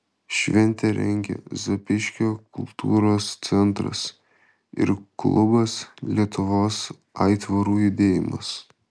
šventę rengia zapyškio kultūros centras ir klubas lietuvos aitvarų judėjimas